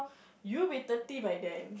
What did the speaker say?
you'll be thirty by then